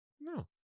No